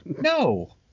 no